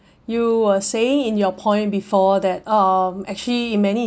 you were saying in your point before that um actually in many